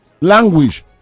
language